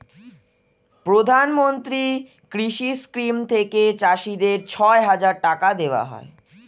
প্রধানমন্ত্রী কৃষি স্কিম থেকে চাষীদের ছয় হাজার টাকা দেওয়া হয়